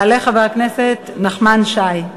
יעלה חבר הכנסת נחמן שי.